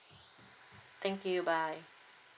thank you bye